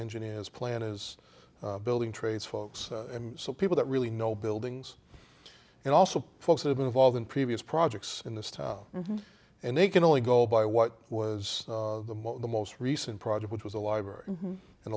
engineers plan is building trades folks so people that really know buildings and also folks have been involved in previous projects in this town and they can only go by what was the most recent project which was a library